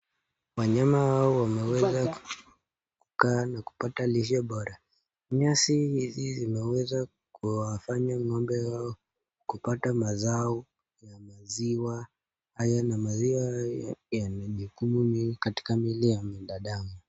Wanyama hawa wameweza kukaa na kupata lishe bora . Nyasi hizi zimeweza kuwafanya ng'ombe hao kupata mazao ya maziwa haya na maziwa haya yana majukumu mengi katika mwili ya mwnadamu.